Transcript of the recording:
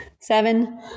seven